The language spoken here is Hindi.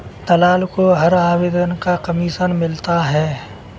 दलाल को हर आवेदन का कमीशन मिलता है